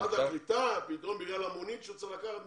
משרד הקליטה, פתאום בגלל המונית שהוא צריך לקחת.